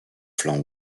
flanc